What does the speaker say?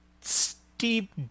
steep